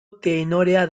tenorea